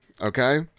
okay